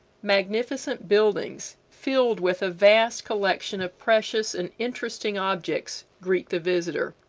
magnificent buildings, filled with a vast collection of precious and interesting objects, greet the visitor.